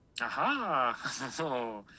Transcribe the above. Aha